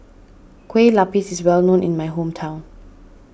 Kueh Lapis is well known in my hometown